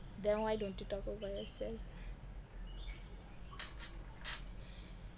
then why don't you talk about yourself